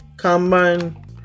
combine